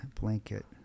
blanket